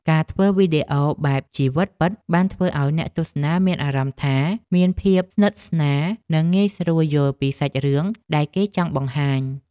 ការធ្វើវីដេអូបែបជីវិតពិតបានធ្វើឱ្យអ្នកទស្សនាមានអារម្មណ៍ថាមានភាពស្និទ្ធស្នាល និងងាយស្រួលយល់ពីសាច់រឿងដែលគេចង់បង្ហាញ។